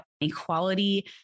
equality